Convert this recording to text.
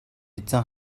эзэн